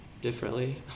differently